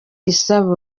isaba